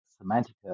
semantic